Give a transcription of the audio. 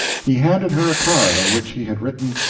he handed her a card on which he had written,